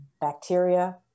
bacteria